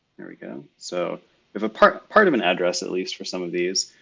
here we go. so if a part part of an address, at least for some of these.